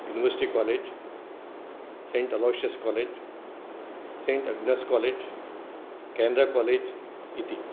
university college Saint Aloysius college Saint Agnes college Canara college इति